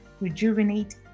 rejuvenate